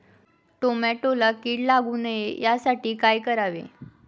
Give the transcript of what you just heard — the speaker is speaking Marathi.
टोमॅटोला कीड लागू नये यासाठी काय करावे?